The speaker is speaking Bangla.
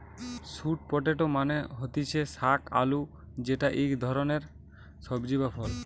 স্যুট পটেটো মানে হতিছে শাক আলু যেটা ইক ধরণের সবজি বা ফল